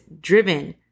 driven